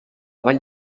vall